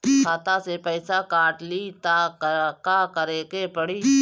खाता से पैसा काट ली त का करे के पड़ी?